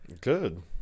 Good